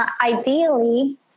ideally